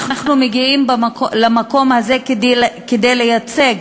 אנחנו מגיעים למקום הזה כדי לייצג